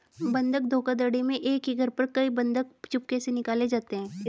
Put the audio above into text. बंधक धोखाधड़ी में एक ही घर पर कई बंधक चुपके से निकाले जाते हैं